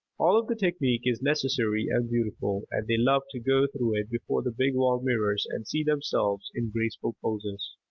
all of the technique is necessary and beautiful and they love to go through it before the big wall mirrors and see themselves in graceful poses.